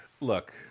look